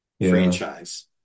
franchise